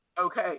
Okay